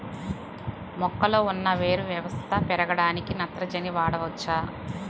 మొక్కలో ఉన్న వేరు వ్యవస్థ పెరగడానికి నత్రజని వాడవచ్చా?